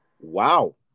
wow